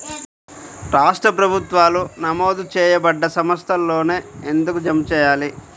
రాష్ట్ర ప్రభుత్వాలు నమోదు చేయబడ్డ సంస్థలలోనే ఎందుకు జమ చెయ్యాలి?